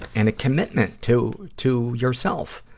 and a commitment to, to yourself.